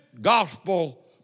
gospel